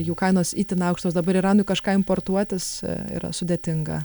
jų kainos itin aukštos dabar iranui kažką importuotis yra sudėtinga